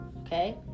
okay